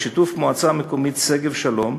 בשיתוף המועצה המקומית שגב-שלום,